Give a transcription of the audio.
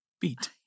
Beat